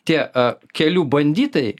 tie e kelių banditai